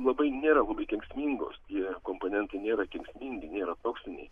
labai nėra labai kenksmingos tie komponentai nėra kenksmingi nėra toksiniai